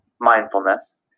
mindfulness